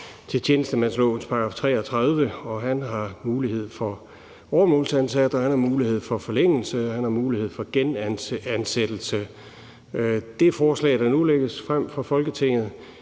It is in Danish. til tjenestemandslovens § 33. Han har mulighed for at være åremålsansat, han har mulighed for forlængelse, og han har mulighed for genansættelse. Det forslag, der nu lægges frem for Folketinget,